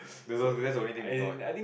that's all that's the only thing we know right